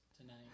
tonight